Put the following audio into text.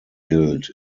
gilt